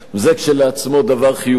זה כשלעצמו דבר חיובי.